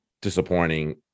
disappointing